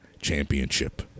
championship